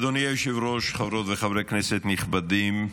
אדוני היושב-ראש, חברות וחברי כנסת נכבדים,